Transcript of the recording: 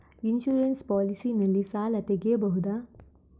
Insurance policy ನಲ್ಲಿ ಸಾಲ ತೆಗೆಯಬಹುದ?